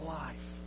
life